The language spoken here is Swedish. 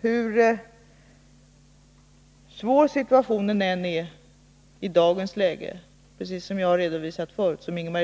Hur svår situationen än är i dag — som Ingemar Eliasson och jag har redogjort för — måste man